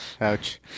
Ouch